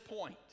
point